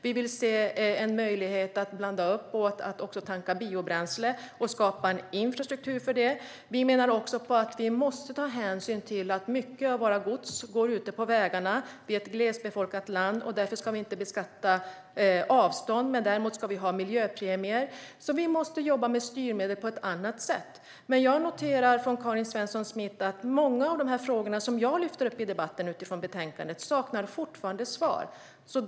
Vi vill se en möjlighet att ha en blandning av bränsle och att tanka biobränsle och skapa en infrastruktur för det. Vi menar också att vi måste ta hänsyn till att mycket av vårt gods transporteras ute på vägarna. Vi är ett glesbefolkat land. Därför ska vi inte beskatta avstånd. Däremot ska vi ha miljöpremier. Vi måste alltså jobba med styrmedel på ett annat sätt. Jag noterar att många av de frågor som jag lyfter fram i debatten utifrån betänkandet fortfarande saknar svar från Karin Svensson Smith.